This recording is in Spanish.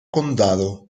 condado